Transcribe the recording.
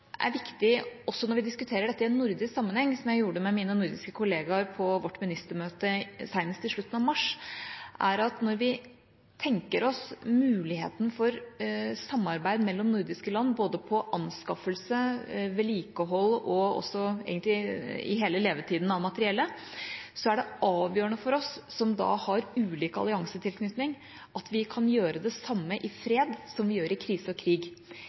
er viktig også når vi diskuterer dette i en nordisk sammenheng, som jeg gjorde med mine nordiske kollegaer på vårt ministermøte senest i slutten av mars, er at når vi tenker oss muligheten for samarbeid mellom nordiske land, både om anskaffelse og om vedlikehold – egentlig i hele levetida til materiellet – er det avgjørende for oss, som da har ulik alliansetilknytning, at vi kan gjøre det samme i fred som vi gjør i krise og krig.